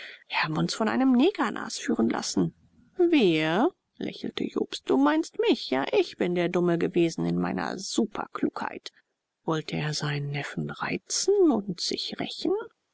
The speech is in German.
wir haben uns von einem nigger nasführen lassen wir lächelte jobst du meinst mich ja ich bin der dumme gewesen in meiner superklugheit wollte er seinen neffen reizen und sich rächen